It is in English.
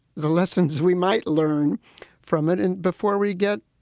the lessons we might learn from it. and before we get